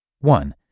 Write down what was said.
One